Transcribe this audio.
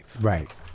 Right